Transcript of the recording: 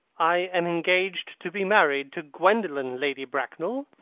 i am engaged to be married to gwendolen, lady bracknell!